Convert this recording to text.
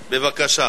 בבקשה,